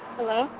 Hello